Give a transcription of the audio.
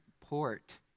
port